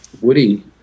Woody